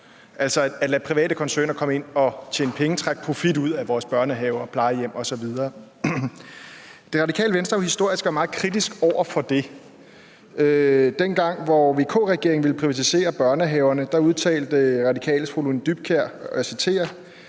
altså at lade private koncerner komme ind og tjene penge, trække profit ud af vores børnehaver og plejehjem osv. Det Radikale Venstre har jo historisk været meget kritisk over for det. Dengang VK-regeringen ville privatisere børnehaverne, udtalte De Radikales fru Lone Dybkjær: »... vi